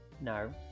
No